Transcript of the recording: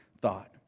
thought